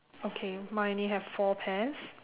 okay mine only have four pears